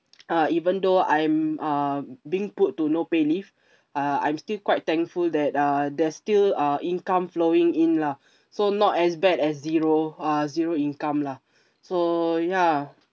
uh even though I'm uh being put to no pay leave uh I'm still quite thankful that uh there're still uh income flowing in lah so not as bad as zero uh zero income lah so ya